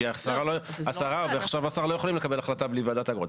כי השר לא יכול לקבל החלטה בלי ועדת האגרות.